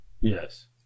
Yes